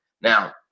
Now